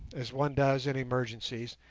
as one does in emergencies,